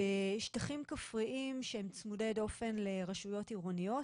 בשטחים כפריים שהם צמודי-דופן לרשויות עירוניות,